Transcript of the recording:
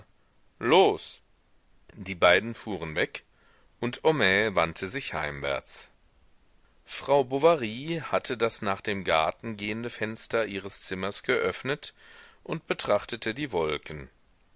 los die beiden fuhren weg und homais wandte sich heimwärts frau bovary hatte das nach dem garten gehende fenster ihres zimmers geöffnet und betrachtete die wolken